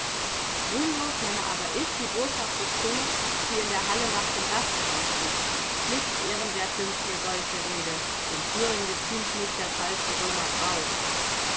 ruhmlos nenne aber ich die boshafte zunge die in der halle nach dem gastfreund sticht nicht ehrenwert dünkt mir solche rede dem thüring geziemt nicht der falschen römer brauch